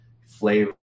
flavor